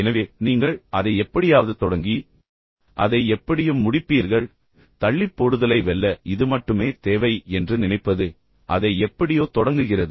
எனவே நீங்கள் அதை எப்படியாவது தொடங்கி பின்னர் அதை எப்படியும் முடிப்பீர்கள் மேலும் தள்ளிப்போடுதலை வெல்ல இது மட்டுமே தேவை என்று நினைப்பது அதை எப்படியோ தொடங்குகிறது